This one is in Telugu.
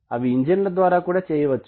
అవి ఇంజనీర్ల ద్వారా కూడా చేయవచ్చు